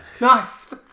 Nice